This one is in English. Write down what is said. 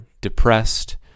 depressed